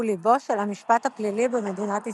הוא לבו של המשפט הפלילי במדינת ישראל.